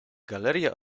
galeria